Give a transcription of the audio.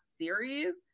series